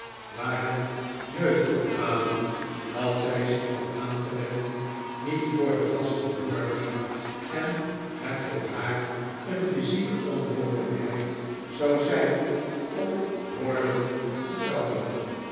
waar het neusophalen dat zij zich had aangewend niet voor de gasten hoorbaar en het voor haar een physieke onmogelijkheid zou zijn op de borden te trappen